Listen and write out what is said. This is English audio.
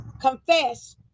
confess